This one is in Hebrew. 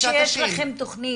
אמרתם כבר שיש לכם תכנית.